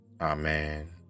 Amen